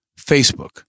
Facebook